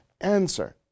answer